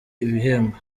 ibihembo